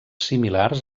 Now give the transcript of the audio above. similars